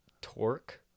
Torque